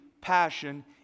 passion